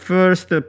First